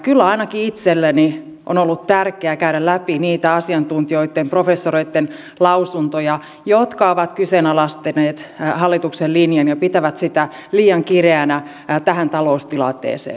kyllä ainakin itselleni on ollut tärkeää käydä läpi niitä asiantuntijoitten professoreitten lausuntoja jotka ovat kyseenalaistaneet hallituksen linjan ja pitävät sitä liian kireänä tähän taloustilanteeseen